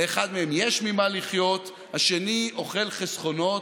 לאחד מהם יש ממה לחיות, השני אוכל חסכונות,